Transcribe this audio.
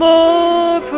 More